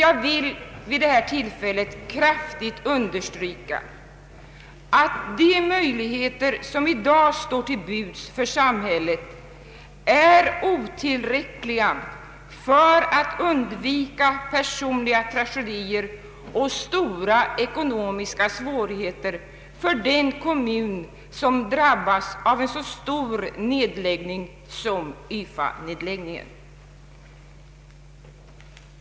Jag vill vid detta tillfälle kraftigt understryka att de möjligheter som i dag står till buds för samhället är otillräckliga för att undvika personliga tragedier och stora ekonomiska svårigheter för den kommun som drabbas av en så stor nedläggning som YFA-nedläggningen.